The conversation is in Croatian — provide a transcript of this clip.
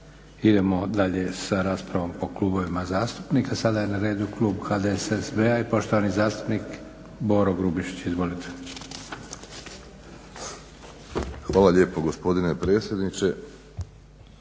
Idemo dalje sa raspravom po klubovima zastupnika. Sada je na redu Klub HDSSB-a i poštovani zastupnik Boro Grubišić. Izvolite. **Grubišić, Boro (HDSSB)**